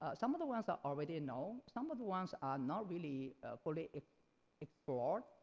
ah some of the ones i already and know. some of the ones are not really fully explored